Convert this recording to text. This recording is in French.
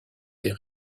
des